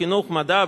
חינוך מדע,